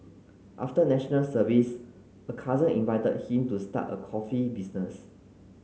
after National Service a cousin invited him to start a coffee business